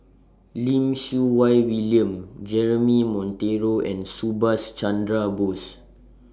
Lim Siew Wai William Jeremy Monteiro and Subhas Chandra Bose